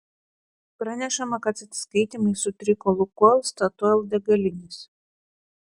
pranešama kad atsiskaitymai sutriko lukoil statoil degalinėse